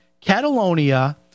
Catalonia